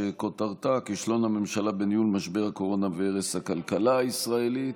שכותרתה: כישלון הממשלה בניהול משבר הקורונה והרס הכלכלה הישראלית,